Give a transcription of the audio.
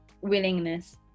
willingness